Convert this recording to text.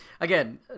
again